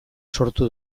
sortu